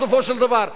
בסופו של דבר,